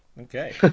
Okay